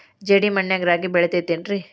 ಜೇಡಿ ಮಣ್ಣಾಗ ರಾಗಿ ಬೆಳಿತೈತೇನ್ರಿ?